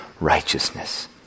Righteousness